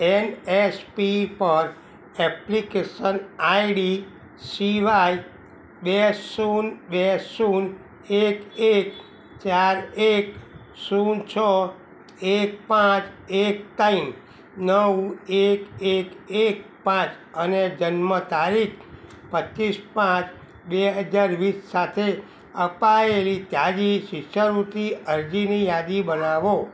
N S P પર application ID સિવાય બે શૂન્ય બે શૂન્ય એક એક ચાર એક શૂન્ય છ એક પાંચ એક ટાઈમ નવ એક એક એક પાંચ અને જન્મ તારીખ પચીસ પાંચ બે હજાર વીસ સાથે અપાએલી તાજી શિષ્યવૃત્તિ અરજીની યાદી બનાવો